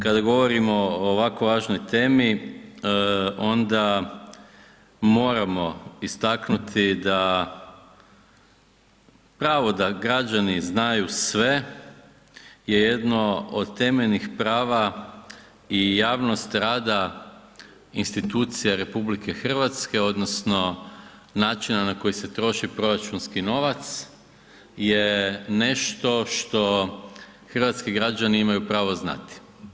Kada govorimo o ovako važnoj temi, onda moramo istaknuti da pravo da građani znaju sve je jedno od temeljenih prava i javnost rada institucija RH odnosno načina na koji se troši proračunski novac je nešto što hrvatski građani imaju pravo znati.